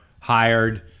hired